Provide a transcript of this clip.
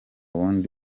bundi